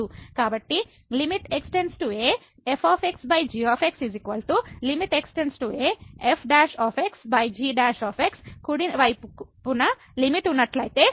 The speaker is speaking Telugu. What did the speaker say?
కాబట్టి xafg xaf1g1 కుడి వైపున లిమిట్ ఉన్నట్లయితే